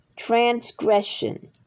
transgression